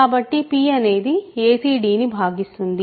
కాబట్టి p అనేది acd ను భాగిస్తుంది